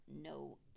no